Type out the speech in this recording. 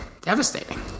Devastating